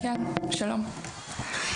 שלום,